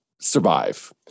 survive